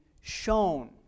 shown